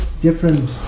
different